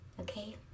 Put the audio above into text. okay